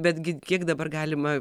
betgi kiek dabar galima